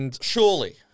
Surely